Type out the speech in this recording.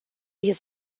his